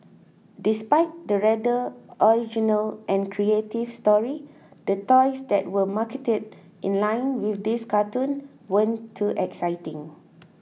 despite the rather original and creative story the toys that were marketed in line with this cartoon weren't too exciting